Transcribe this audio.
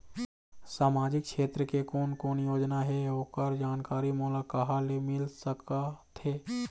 सामाजिक क्षेत्र के कोन कोन योजना हे ओकर जानकारी मोला कहा ले मिल सका थे?